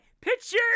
picture